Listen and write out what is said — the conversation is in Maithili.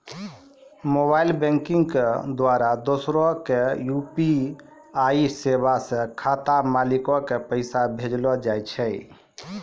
मोबाइल बैंकिग के द्वारा दोसरा के यू.पी.आई सेबा से खाता मालिको के पैसा भेजलो जाय छै